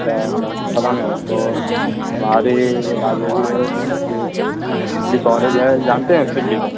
اچھا جامعة الفلاح میں ہے تو ہماری لائبریری ہے یہ شبلی کالج ہے جانتے ہیں شبلی کا